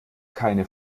keine